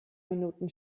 minuten